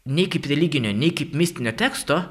nei kaip religinio nei kaip mistinio teksto